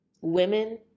women